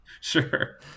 Sure